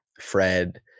Fred